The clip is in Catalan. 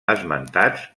esmentats